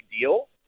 deal